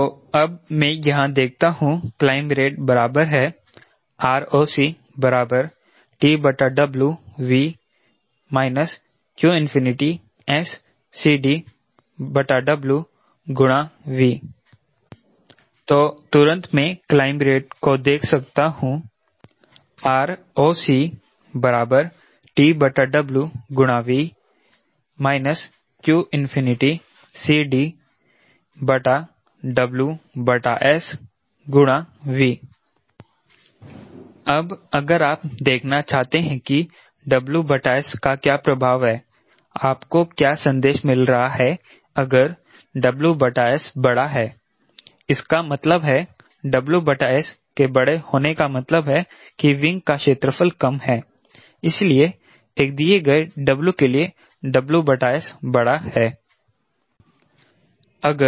तो अब मैं यहाँ देखता हूँ क्लाइंब रेट बराबर है ROC TWV qSCDWV तो तुरंत मैं क्लाइंब रेट को देख सकता हूं ROC TWV qCD WSV अब अगर आप देखना चाहते हैं कि WS का क्या प्रभाव है आपको क्या संदेश मिल रहा है अगर WS बड़ा है इसका मतलब है WS के बड़े होने का मतलब है कि विंग का क्षेत्रफल कम है इसीलिए एक दिए गए W के लिए WS बड़ा है